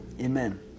Amen